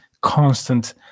constant